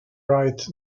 right